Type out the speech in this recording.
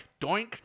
doink